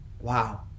Wow